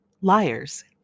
Liars